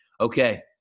Okay